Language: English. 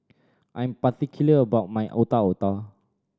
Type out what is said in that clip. I am particular about my Otak Otak